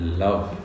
love